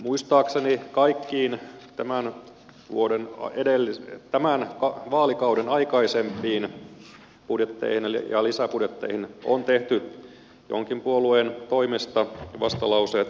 muistaakseni kaikkiin tämän vaalikauden aikaisempiin budjetteihin ja lisäbudjetteihin on tehty jonkin puolueen toimesta vastalauseet